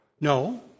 No